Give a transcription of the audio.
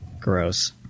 Gross